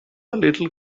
little